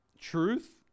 truth